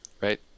Right